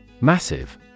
Massive